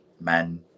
men